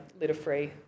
litter-free